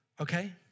okay